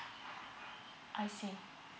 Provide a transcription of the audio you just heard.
I see